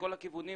לכל הכיוונים.